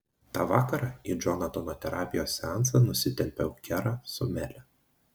tą vakarą į džonatano terapijos seansą nusitempiau kerą su mele